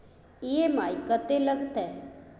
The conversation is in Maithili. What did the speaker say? ई.एम.आई कत्ते लगतै?